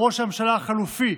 או ראש הממשלה החלופי,